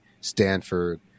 Stanford